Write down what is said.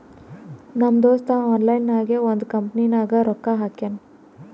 ನಮ್ ದೋಸ್ತ ಆನ್ಲೈನ್ ನಾಗೆ ಒಂದ್ ಕಂಪನಿನಾಗ್ ರೊಕ್ಕಾ ಹಾಕ್ಯಾನ್